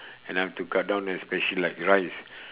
and I have to cut down especially like rice